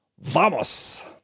Vamos